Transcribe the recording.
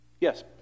Yes